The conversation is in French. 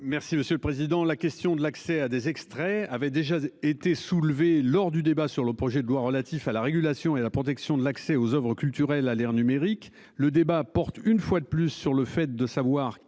Monsieur le Président, la question de l'accès à des extraits avaient déjà été soulevés lors du débat sur le projet de loi relatif à la régulation et la protection de l'accès aux Oeuvres culturelles à l'ère numérique. Le débat porte une fois de plus sur le fait de savoir